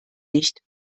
nicht